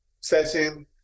session